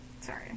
Sorry